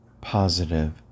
positive